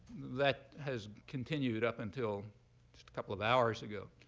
that has continued up until just a couple of hours ago.